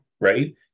right